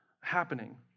happening